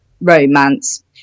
romance